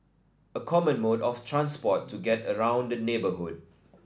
a common mode of transport to get around the neighbourhood